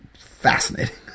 fascinating